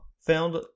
found